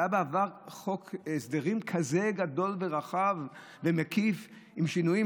היה בעבר חוק הסדרים כזה גדול ורחב ומקיף עם שינויים?